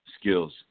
skills